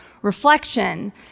reflection